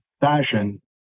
fashion